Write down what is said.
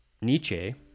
Nietzsche